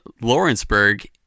Lawrenceburg